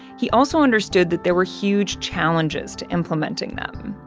he also understood that there were huge challenges to implementing them.